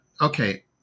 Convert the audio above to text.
Okay